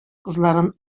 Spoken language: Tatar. кызларын